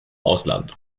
ausland